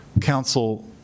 council